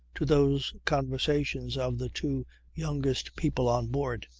to those conversations of the two youngest people on board.